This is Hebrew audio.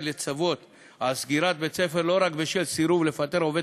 לצוות על סגירת בית-ספר לא רק בשל סירוב לפטר עובד